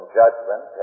judgment